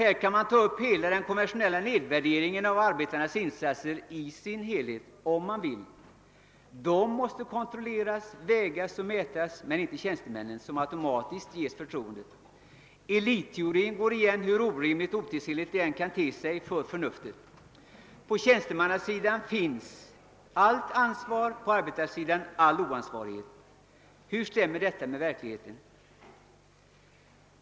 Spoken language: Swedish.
Här kan man ta upp hela den konventionella nedvärderingen av arbetar nas insatser, om man vill. De måste kontrolleras, vägas och mätas, men inte tjänstemännen, som automatiskt ges förtroende. Elitteorin går igen, hur orimligt och otidsenligt det än kan te sig för förnuftet. På tjänstemannasidan finns allt ansvar, på arbetarsidan all oansvarighet. Hur stämmer detta med verkligheten?